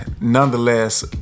nonetheless